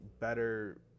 better